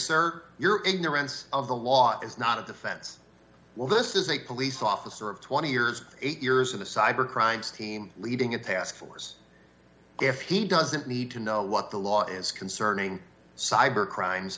sir your ignorance of the law is not a defense well this is a police officer of twenty years eight years in the cyber crimes team leading a task force if he doesn't need to know what the law is concerning cyber crimes